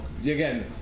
again